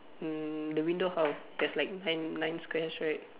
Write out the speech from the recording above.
mm the window how there's like nine nine squares right